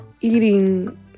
eating